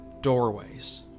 doorways